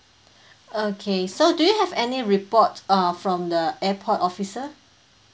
okay so do you have any report uh from the airport officer